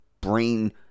brain